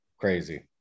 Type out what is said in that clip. crazy